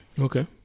Okay